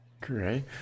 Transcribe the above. Great